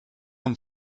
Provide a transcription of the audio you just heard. amb